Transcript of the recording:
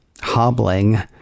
Hobbling